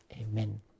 Amen